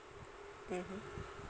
mmhmm